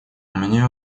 мне